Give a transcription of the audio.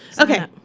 Okay